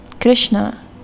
Krishna